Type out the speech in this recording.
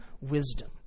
wisdom